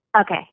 Okay